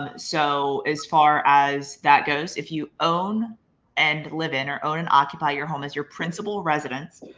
ah so as far as that goes, if you own and live in or own and occupy your home as your principal residence,